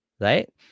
right